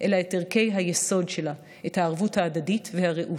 אלא את ערכי היסוד שלה, את הערבות ההדדית והרעות,